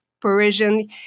Parisian